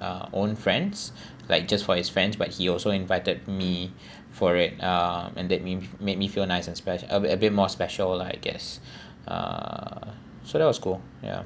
uh own friends like just for his friends but he also invited me for it uh and that made made me feel nice and spec~ a bit more special lah I guess uh so that was cool ya